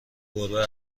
گربه